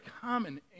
common